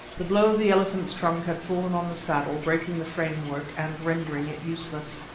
the blow of the elephant's trunk had fallen on the saddle, breaking the framework, and rendering it useless.